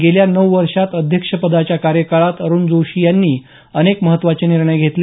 गेल्या नऊ वर्षांत अध्यक्षपदाच्या कार्यकाळात अरुण जोशी त्यांनी अनेक महत्त्वाचे निर्णय घेतले